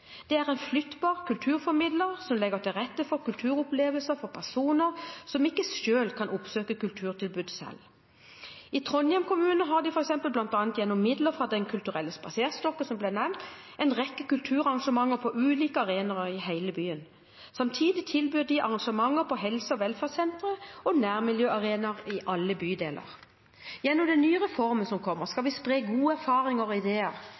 Det er en flyttbar kulturformidler som legger til rette kulturopplevelser for personer som ikke kan oppsøke kulturtilbud selv. I Trondheim har de bl.a. gjennom midler fra Den kulturelle spaserstokken, som ble nevnt, en rekke kulturarrangementer på ulike arenaer i hele byen. Samtidig tilbyr de arrangementer på helse- og velferdssentre og nærmiljøarenaer i alle bydeler. Gjennom den nye reformen som kommer, skal vi spre gode erfaringer og ideer,